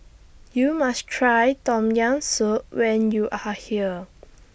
YOU must Try Tom Yam Soup when YOU Are here